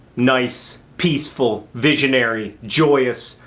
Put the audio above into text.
nice. peaceful. visionary. joyous.